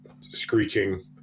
screeching